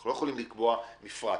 לא יכולים לקבוע מפרט.